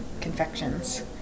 confections